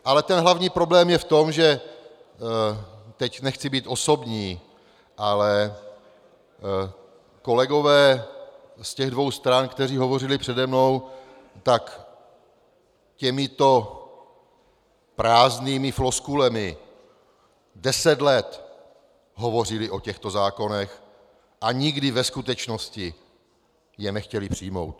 Ale ten hlavní problém je v tom teď nechci být osobní, ale kolegové z těch dvou stran, kteří hovořili přede mnou, tak těmito prázdnými floskulemi deset let hovořili o těchto zákonech a nikdy je ve skutečnosti nechtěli přijmout.